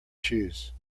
choose